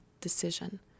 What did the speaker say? decision